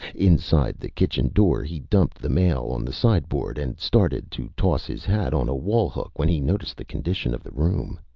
inside the kitchen door, he dumped the mail on the sideboard and started to toss his hat on a wall hook when he noticed the condition of the room.